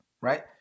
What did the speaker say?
right